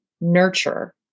nurture